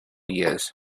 years